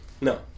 No